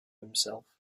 himself